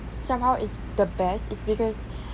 somehow is the best is because